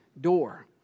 door